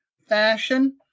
fashion